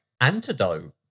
antidote